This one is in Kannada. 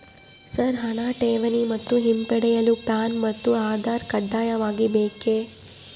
ಸರ್ ಹಣ ಠೇವಣಿ ಮತ್ತು ಹಿಂಪಡೆಯಲು ಪ್ಯಾನ್ ಮತ್ತು ಆಧಾರ್ ಕಡ್ಡಾಯವಾಗಿ ಬೇಕೆ?